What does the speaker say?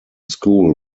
school